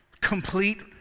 complete